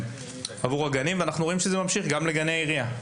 עבור הגנים ורואים שזה ממשיך גם לגני עירייה,